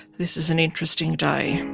this is an interesting day.